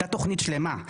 הייתה תוכנית שלמה,